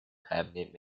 cabinet